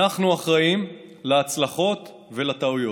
אנחנו אחראים להצלחות ולטעויות.